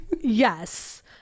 Yes